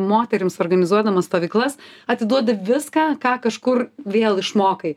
moterims organizuodama stovyklas atiduodi viską ką kažkur vėl išmokai